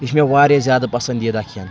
یہِ چھِ مےٚ واریاہ زیادٕ پَسنٛدیٖدہ کھٮ۪ن